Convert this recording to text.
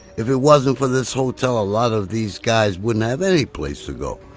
if it wasn't for this hotel, a lot of these guys wouldn't have any place to go.